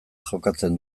jokatzen